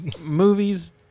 movies